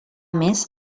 més